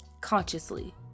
consciously